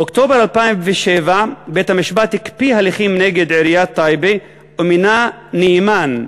באוקטובר 2007 בית-המשפט הקפיא הליכים נגד עיריית טייבה ומינה נאמן,